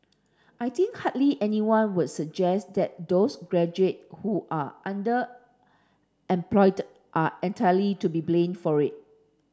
I think hardly anyone would suggest that those graduate who are underemployed are entirely to be blamed for it